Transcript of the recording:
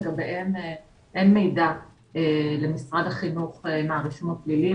לגביהם אין מידע למשרד החינוך על הרישום הפלילי,